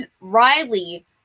Riley